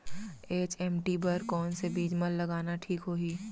HMT बर कौन से बीज मा लगाना ठीक होही?